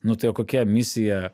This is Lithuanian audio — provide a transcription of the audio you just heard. nu tai o kokia misija